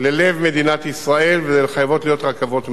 ללב מדינת ישראל, וחייבות להיות רכבות מהירות,